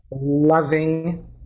loving